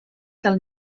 del